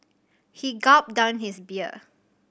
he gulped down his beer